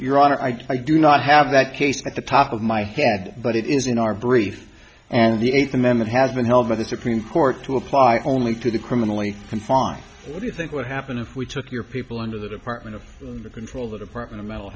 your honor i do not have that case at the top of my head but it is in our brief and the eighth amendment has been held by the supreme court to apply only to the criminally confined what do you think would happen if we took your people into the department of the control the department of mental